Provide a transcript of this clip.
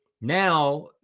now